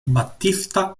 battista